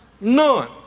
None